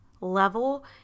level